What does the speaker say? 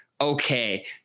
okay